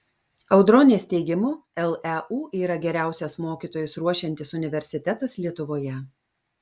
audronės teigimu leu yra geriausias mokytojus ruošiantis universitetas lietuvoje